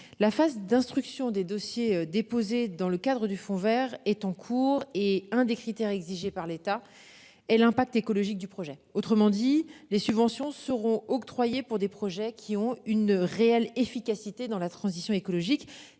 la phase d'instruction des dossiers déposés dans le cadre du fond Vert est en cours et un des critères exigés par l'État. Et l'impact écologique du projet, autrement dit les subventions seront octroyés pour des projets qui ont une réelle efficacité dans la transition écologique.